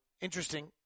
interesting